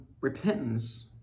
repentance